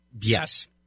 Yes